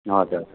हजुर